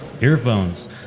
earphones